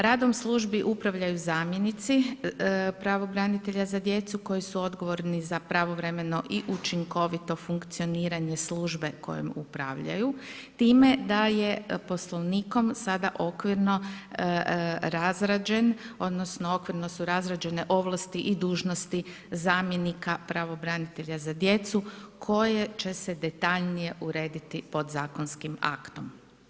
Radom službi upravljaju zamjenici pravobranitelja za djecu koji su odgovorni za pravovremeno i učinkovito funkcioniranje službe kojom upravljaju, time da je Poslovnikom sada okvirno razrađen, odnosno okvirno su razrađene ovlasti i dužnosti zamjenika pravobranitelja za djecu koje će se detaljnije urediti podzakonskim aktom.